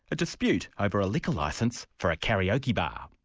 a dispute over a liquor licence for a karaoke bar.